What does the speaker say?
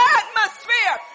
atmosphere